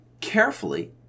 Carefully